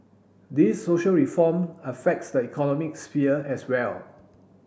these social reform affects the economic sphere as well